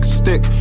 stick